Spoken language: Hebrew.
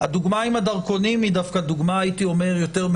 הדוגמה עם הדרכונים היא דווקא דוגמה יותר מעודדת.